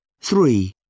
Three